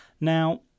Now